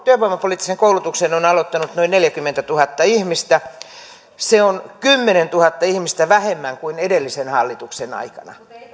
työvoimapoliittisen koulutuksen on aloittanut noin neljäkymmentätuhatta ihmistä se on kymmenentuhatta ihmistä vähemmän kuin edellisen hallituksen aikana